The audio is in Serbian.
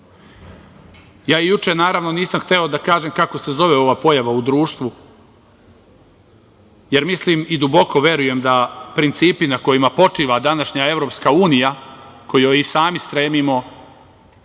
juče, naravno, nisam hteo da kažem kako se zove ova pojava u društvu, jer mislim i duboko verujem da principi na kojima počiva današnja EU, kojoj i sami stremimo